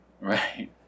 Right